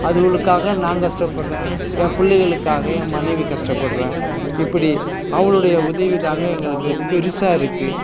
அதுங்களுக்காக நான் கஷ்டப்படுறேன் என் பிள்ளைகளுக்காக என் மனைவி கஷ்டப்படுறா இப்படி அவளுடைய உதவி தாங்க எங்களுக்கு பெருசாக இருக்குது